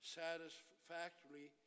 satisfactorily